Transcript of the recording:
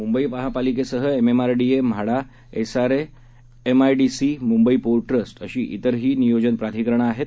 मुंबईमहापालिकेसहएमएमआरडीए MHADA SRA MIDC मुंबईपोर्टट्रस्टअशी त्रिरहीनियोजनप्राधिकरणंआहेत